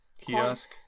kiosk